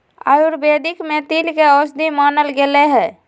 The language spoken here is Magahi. आयुर्वेद में तिल के औषधि मानल गैले है